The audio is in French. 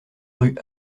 rue